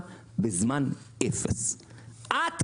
את אומרת שיהיה תיקון עקיף לכל חוק התחרות,